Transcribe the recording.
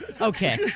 Okay